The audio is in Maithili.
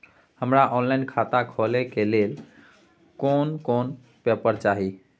हमरा ऑनलाइन खाता खोले के लेल केना कोन पेपर चाही?